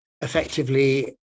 effectively